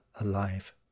alive